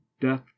death